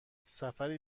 سفر